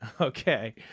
Okay